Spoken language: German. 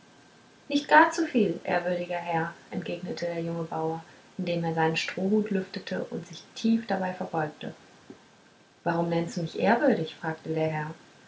nicht gar zuviel ehrwürdiger herr entgegnete der junge bauer indem er seinen strohhut lüftete und sich tief dabei verbeugte warum nennst du mich ehrwürdig fragte der